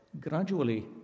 gradually